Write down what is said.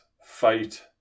fight